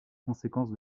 conséquence